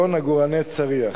כגון עגורני צריח.